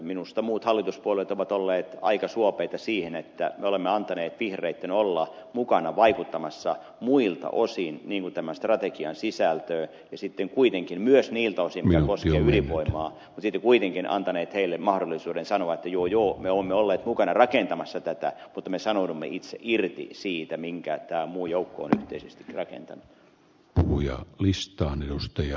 minusta muut hallituspuolueet ovat olleet aika suopeita siihen että me olemme antaneet vihreitten olla mukana vaikuttamassa muilta osin tämän strategian sisältöön ja sitten myös niiltä osin mikä koskee ydinvoimaa mutta silti kuitenkin antaneet heille mahdollisuuden sanoa että joo joo me olemme olleet mukana rakentamassa tätä mutta me sanoudumme itse irti siitä minkä tämä muu joukko on yhteisesti rakentanut